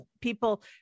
people